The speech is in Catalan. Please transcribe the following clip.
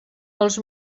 els